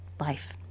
life